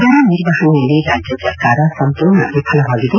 ಬರ ನಿರ್ವಹಣೆಯಲ್ಲಿ ರಾಜ್ಯ ಸರ್ಕಾರ ಸಂಪೂರ್ಣ ವಿಫಲವಾಗಿದೆ